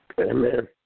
Amen